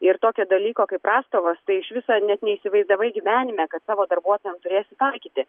ir tokio dalyko kaip prastovos tai iš viso net neįsivaizdavai gyvenime kad savo darbuotojam turėsi taikyti